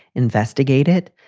investigate it.